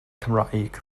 cymraeg